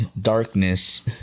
darkness